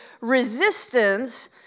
resistance